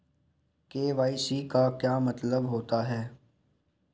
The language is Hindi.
के.वाई.सी का क्या मतलब होता है?